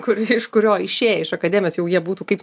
kur iš kurio išėję iš akademijos jau jie būtų kaip